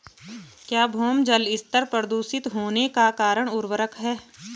क्या भौम जल स्तर प्रदूषित होने का कारण उर्वरक है?